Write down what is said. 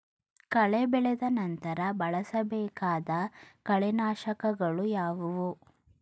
ಕಳೆ ಬೆಳೆದ ನಂತರ ಬಳಸಬೇಕಾದ ಕಳೆನಾಶಕಗಳು ಯಾವುವು?